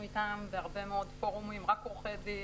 איתם בהרבה מאוד פורומים רק עורכי דין,